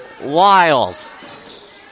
Wiles